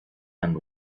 and